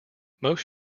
most